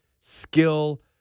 skill